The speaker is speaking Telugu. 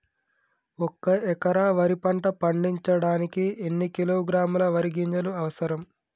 ఒక్క ఎకరా వరి పంట పండించడానికి ఎన్ని కిలోగ్రాముల వరి గింజలు అవసరం?